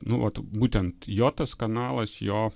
nu vat būtent jo tas kanalas jo